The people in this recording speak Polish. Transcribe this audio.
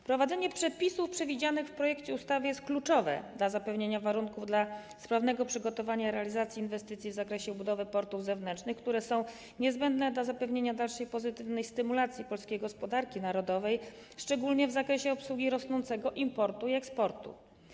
Wprowadzenie przepisów przewidzianych w projekcie ustawy jest kluczowe dla zapewnienia warunków dla sprawnego przygotowania i realizacji inwestycji w zakresie budowy portów zewnętrznych, które są niezbędne dla zapewnienia dalszej pozytywnej stymulacji polskiej gospodarki narodowej, szczególnie w zakresie obsługi rosnącego importu i eksportu.